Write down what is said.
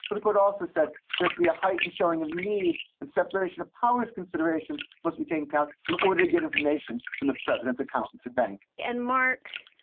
but the court also said this to be a heightened showing of need and separation of powers. considerations must be taken in order to get information in the president's accounts at bank and, mark,